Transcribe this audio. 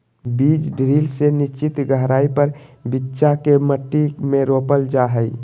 बीज ड्रिल से निश्चित गहराई पर बिच्चा के मट्टी में रोपल जा हई